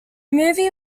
movie